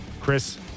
Chris